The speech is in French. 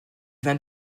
vin